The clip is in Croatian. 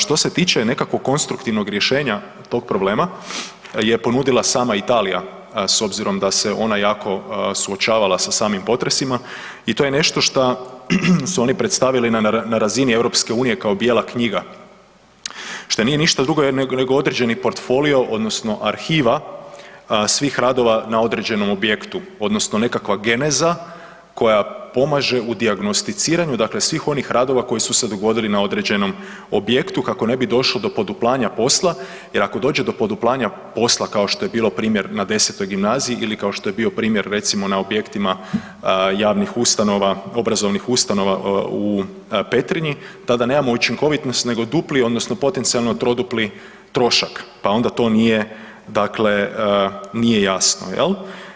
Što se tiče nekakvog konstruktivnog rješenja tog problema je ponudila sama Italija s obzirom da se ona jako suočavala sa samim potresima i to je nešto šta su oni predstavili na razini EU kao bijela knjiga, šta nije ništa drugo nego određeni portfolio odnosno arhiva svih radova na određenom objektu odnosno nekakva geneza koja pomaže u dijagnosticiranju dakle svih onih radova koji su se dogodili na određenom objektu kako ne bi došlo do poduplanja posla jer ako dođe do poduplanja posla kao što je bilo primjer na X. Gimnaziji ili kao što je bio primjer recimo na objektima javnih ustanova, obrazovnih ustanova u Petrinji, tada nemamo učinkovitost nego dupli odnosno potencijalno trodupli trošak, pa onda to nije, dakle nije jasno jel.